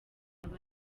aba